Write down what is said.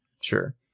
Sure